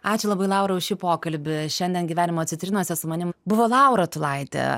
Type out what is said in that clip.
ačiū labai laura už šį pokalbį šiandien gyvenimo citrinose su manim buvo laura tulaitė